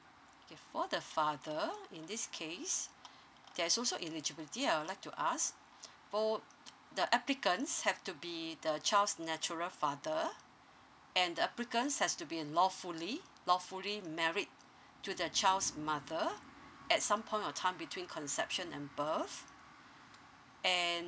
okay for the founder in this case there's also eligibility I would like to ask the applicants have to be the child's natural father and applicants has to be lawfully lawfully married to the child's mother at some point of time between conception and birth and